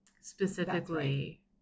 specifically